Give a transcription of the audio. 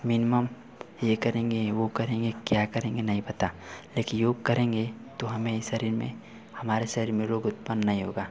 minimum यह करेंगे वह करेंगे क्या करेंगे नहीं पता लेकिन योग करेंगे तो हमें शरीर में रोग उत्पन्न नहीं होगा